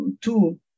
two